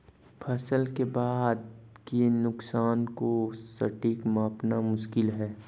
फसल के बाद के नुकसान को सटीक मापना मुश्किल है